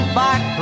back